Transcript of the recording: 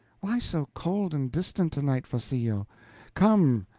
why so cold and distant tonight, farcillo? come,